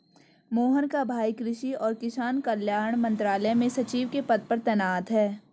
मोहन का भाई कृषि और किसान कल्याण मंत्रालय में सचिव के पद पर तैनात है